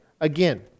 Again